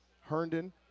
Herndon